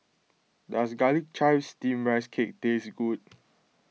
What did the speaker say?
does Garlic Chives Steamed Rice Cake taste good